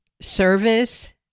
service